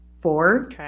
Four